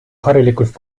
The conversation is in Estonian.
harilikult